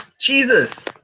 Jesus